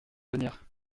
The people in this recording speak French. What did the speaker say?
venir